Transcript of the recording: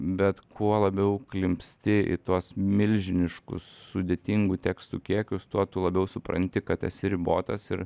bet kuo labiau klimpsti į tuos milžiniškus sudėtingų tekstų kiekius tuo tu labiau supranti kad esi ribotas ir